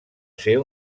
ser